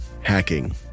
hacking